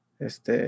este